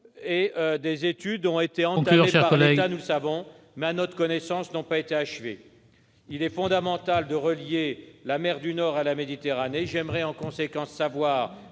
! Des études ont été entamées par l'État, nous le savons, mais, à notre connaissance, elles n'ont pas été achevées. Il est fondamental de relier la mer du Nord à la Méditerranée. J'aimerais, en conséquence, savoir,